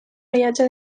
rellotge